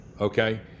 Okay